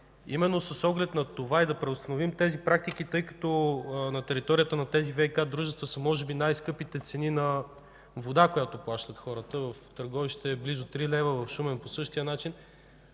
Именно с оглед на това и да преустановим тези практики, тъй като на територията на тези ВиК дружества са може би най-високите цени на водата, която плащат хората – в Търговище е близо 3 лева, в Шумен – също, то